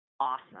awesome